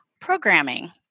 programming